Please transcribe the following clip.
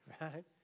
right